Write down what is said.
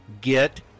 get